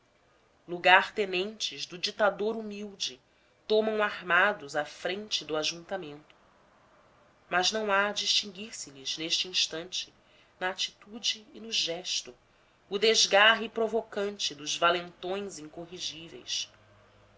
amplia lugar tenentes do ditador humilde tomam armados a frente do ajuntamento mas não há distinguir se lhes neste instante na atitude e no gesto o desgarre provocante dos valentões incorrigíveis